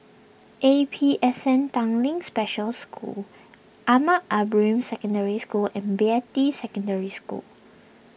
A P S N Tanglin Special School Ahmad Ibrahim Secondary School and Beatty Secondary School